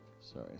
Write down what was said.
Sorry